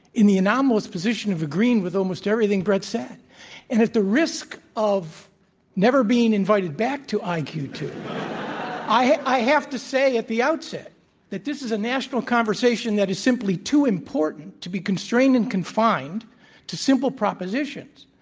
in the anomalous position of agreeing with almost everything bret said. and at the risk of never being invited back to i q two i have to say at the outset that this is a national conversation that is simply too important to be constrained and confined to simple propositions.